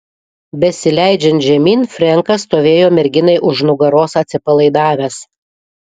besileidžiant žemyn frenkas stovėjo merginai už nugaros atsipalaidavęs